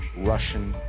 russian.